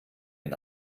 den